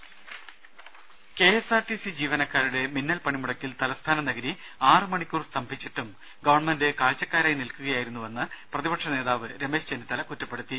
ദേദ K S R T C ജീവനക്കാരുടെ മിന്നൽ പണിമുടക്കിൽ തലസ്ഥാന നഗരി ആറു മണിക്കൂർ സ്തംഭിച്ചിട്ടും ഗവൺമെന്റ് കാഴ്ചക്കാരായി നിൽക്കുകയായിരുന്നെന്ന് പ്രതിപക്ഷ നേതാവ് രമേശ് ചെന്നിത്തല കുറ്റപ്പെടുത്തി